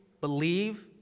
believe